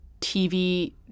TV